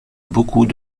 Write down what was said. beaucoup